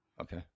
okay